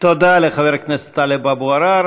תודה לחבר הכנסת טלב אבו עראר.